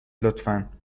لطفا